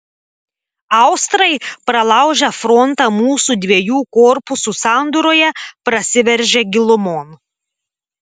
austrai pralaužę frontą mūsų dviejų korpusų sandūroje prasiveržė gilumon